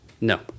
No